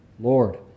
Lord